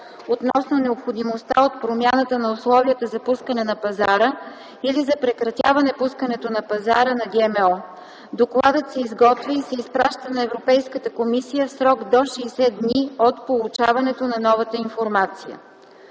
относно необходимостта от промяна на условията за пускане на пазара или за прекратяване пускането на пазара на ГМО. Докладът се изготвя и се изпраща на Европейската комисия в срок до 60 дни от получаването на новата информация.”